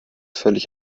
völlig